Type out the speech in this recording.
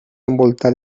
envoltat